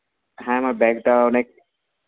হ্যাঁ আমার ব্যাগটা অনেক